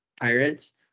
Pirates